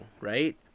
right